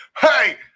Hey